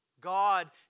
God